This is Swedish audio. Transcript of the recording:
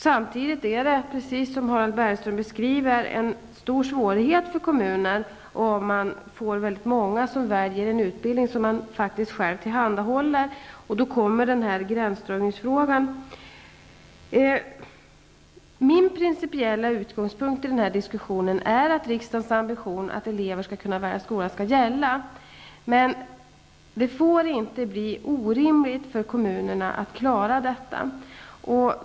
Samtidigt är det, som Harald Bergström beskriver, en stor svårighet för kommunen om många elever väljer att i en annan kommun få en utbildning som hemkommunen faktiskt tillhandahåller. Då uppstår gränsdragningsfrågan. Min principiella utgångspunkt i den här diskussionen är att riksdagens ambition att elever skall kunna välja skola skall gälla. Men det får inte bli orimligt för kommunerna att klara detta.